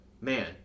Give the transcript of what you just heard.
man